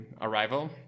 Arrival